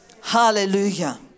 Hallelujah